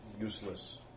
Useless